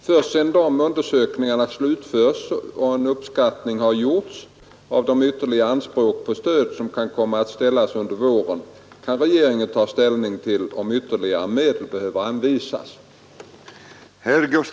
Först sedan dessa undersökningar slutförts och en uppskattning har gjorts av de ytterligare anspråk på stöd som kan komma att ställas under våren kan regeringen ta ställning till om ytterligare medel behöver anvisas.